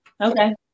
Okay